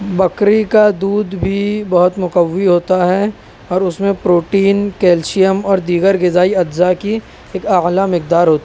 بکری کا دودھ بھی بہت مقوی ہوتا ہے اور اس میں پروٹین کیلشیم اور دیگر غذائی اجزاء کی ایک اعلیٰ مقدار ہوتی